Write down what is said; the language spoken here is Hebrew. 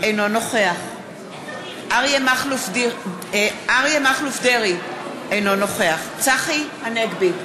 אינו נוכח אריה מכלוף דרעי, אינו נוכח צחי הנגבי,